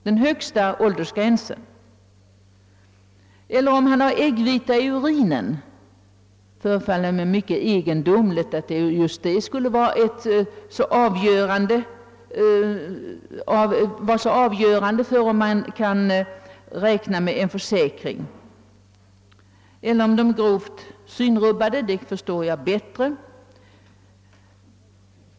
God hälsa har inte den hos vilken sockersjuka lett till äggviteutsöndring i urinen — det förefaller mig inycket egendomligt, att detta skulle vara avgörande för om man kan få en försäkring — och inte heller den som har grava synrubbningar — det förstår jag bättre.